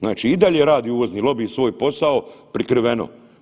Znači i dalje radi uvozni lobi svoj posao prikriveno.